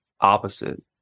opposite